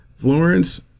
Florence